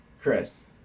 Chris